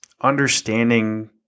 understanding